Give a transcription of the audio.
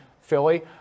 Philly